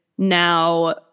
Now